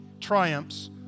triumphs